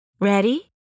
Ready